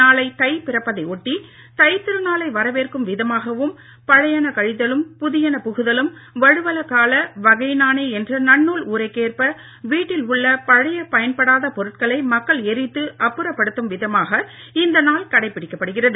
நாளை தை பிறப்பதை ஒட்டி தைத் திருநாளை வரவேற்கும் விதமாகவும் பழையன கழிதலும் புதியன புகுதலும் வழுவல கால வகையினானே என்ற நன்னூல் உரைக்கேற்ப வீட்டில் உள்ள பழைய பயன்படாத பொருட்களை மக்கள் எரித்து அப்புறப்படுத்தும் விதமாக இந்த நாள் கடைபிடிக்கப்படுகிறது